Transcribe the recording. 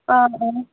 آ